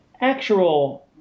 actual